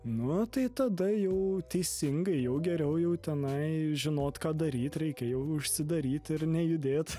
nuo tai tada jau teisingai jau geriau jau tenai žinot ką daryt reikia jau užsidaryt ir nejudėt